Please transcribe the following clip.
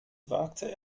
wagte